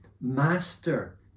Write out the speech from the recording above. master